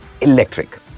electric